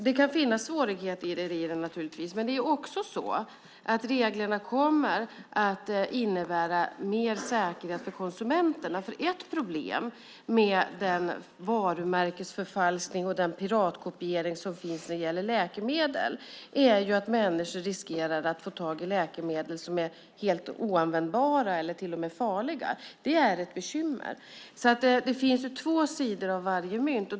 Det kan finnas svårigheter i detta, naturligtvis, men reglerna kommer också att innebära mer säkerhet för konsumenterna. Ett problem med den varumärkesförfalskning och piratkopiering som finns när det gäller läkemedel är ju att människor riskerar att få tag i läkemedel som är helt oanvändbara eller till och med farliga. Det är ett bekymmer. Det finns två sidor av varje mynt.